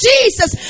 Jesus